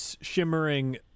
shimmering